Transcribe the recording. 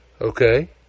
Okay